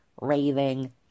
Raving